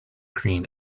green